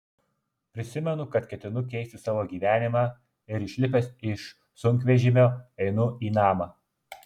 prisimenu kad ketinu keisti savo gyvenimą ir išlipęs iš sunkvežimio einu į namą